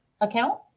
account